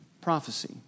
prophecy